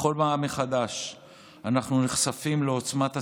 בכל פעם מחדש אנחנו נחשפים לעוצמת השנאה,